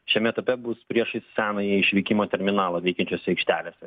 šiame etape bus priešais senąjį išvykimo terminalą veikiančios aikštelės